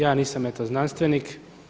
Ja nisam eto znanstvenik.